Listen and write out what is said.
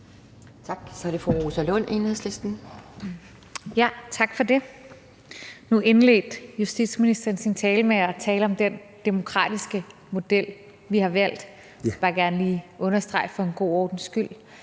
Tak. Så er det fru Rosa Lund, Enhedslisten. Kl. 18:09 Rosa Lund (EL): Tak for det. Nu indledte justitsministeren sin tale med at tale om den demokratiske model, vi har valgt. Jeg vil bare gerne lige for god ordens skyld